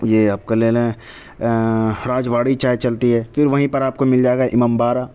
یہ آپ کا لے لیں راج واڑی چائے چلتی ہے پھر وہیں پر آپ کو مل جائے گا امام باڑہ